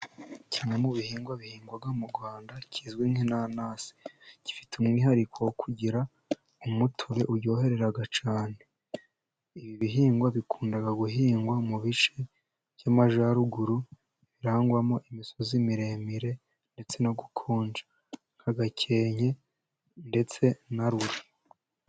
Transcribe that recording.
Kimwe mu bihingwa bihingwa mu Rwanda kizwi nk'inanasi, gifite umwihariko wo kugira umutobe uryohera cyane, ibi bihingwa bikunda guhingwa mu bice by'amajyaruguru, birangwamo imisozi miremire, ndetse no gukonja, nka Gakenke ndetse na Ruri.